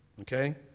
Okay